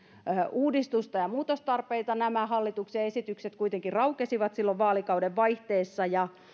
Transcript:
uudistusta ja muutostarpeita nämä hallituksen esitykset kuitenkin raukesivat silloin vaalikauden vaihteessa ja